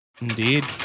Indeed